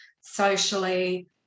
socially